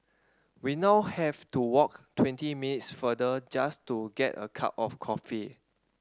we now have to walk twenty minutes further just to get a cup of coffee